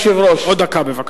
עוד דקה, בבקשה.